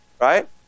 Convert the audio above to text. Right